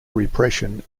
repression